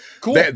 cool